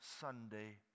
Sunday